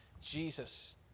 Jesus